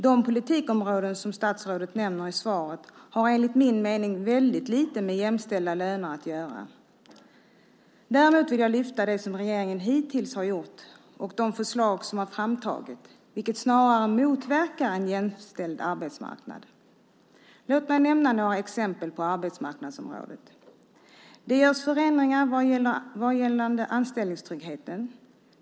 De politikområden som statsrådet nämner i svaret har enligt min mening väldigt lite med jämställda löner att göra. Däremot vill jag lyfta fram det regeringen hittills har gjort och de förslag som har framtagits, vilket snarare motverkar en jämställd arbetsmarknad. Låt mig nämna några exempel på arbetsmarknadsområdet. Det är förändringar vad gäller anställningstryggheten.